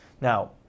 Now